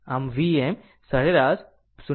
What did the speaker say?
આમ Vm V સરેરાશ 0